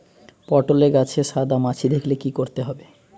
পটলে গাছে সাদা মাছি দেখালে কি করতে হবে?